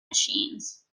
machines